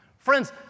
Friends